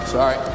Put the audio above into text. Sorry